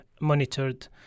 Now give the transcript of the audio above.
monitored